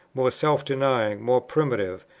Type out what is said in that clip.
more self-denying, more primitive,